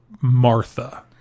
Martha